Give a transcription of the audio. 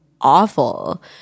awful